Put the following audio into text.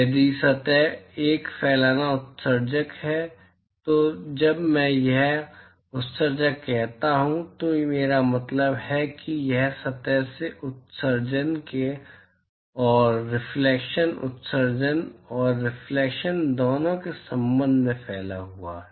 यदि सतह एक फैलाना उत्सर्जक है तो जब मैं यहां उत्सर्जक कहता हूं तो मेरा मतलब है कि यह सतह से उत्सर्जन और रिफलेक्शन उत्सर्जन और रिफलेक्शन दोनों के संबंध में फैला हुआ है